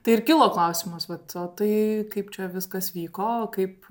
tai ir kilo klausimas vat o tai kaip čia viskas vyko kaip